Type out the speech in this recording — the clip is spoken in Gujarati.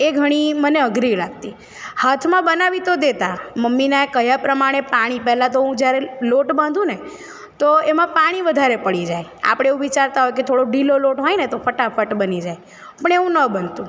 એ ઘણી મને અઘરી લાગતી હાથમાં બનાવી તો દેતાં મમ્મીનાં કહ્યાં પ્રમાણે પાણી પહેલાં તો હું જ્યારે લોટ બાંધુ ને તો એમાં પાણી વધારે પડી જાય આપણે એવું વિચારતાં હોય કે થોડો ઢીલો લોટ હોય ને તો ફટાફટ બની જાય પણ એવું ન બનતું